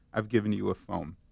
i've given you a foam